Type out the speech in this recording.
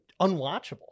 unwatchable